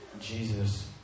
Jesus